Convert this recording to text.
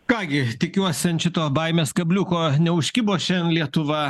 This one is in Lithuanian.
ką gi tikiuosi ant šito baimės kabliuko neužkibo šiandien lietuva